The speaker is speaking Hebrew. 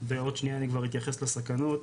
ועוד שנייה אני כבר אתייחס לסכנות.